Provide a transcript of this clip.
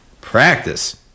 Practice